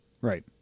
right